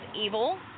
evil